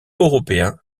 européen